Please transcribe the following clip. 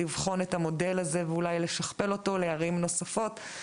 לבחון את המודל הזה ואולי לשכפל אותו לערים נוספות.